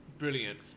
brilliant